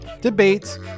debates